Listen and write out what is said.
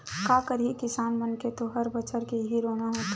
का करही किसान मन के तो हर बछर के इहीं रोना होथे